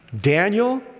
Daniel